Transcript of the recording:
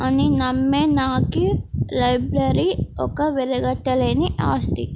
అని నమ్మే నాకు లైబ్రరీ ఒక వెలగట్టలేని ఆస్తి